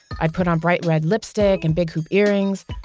i'd put it on bright red lipstick and big hoop earrings,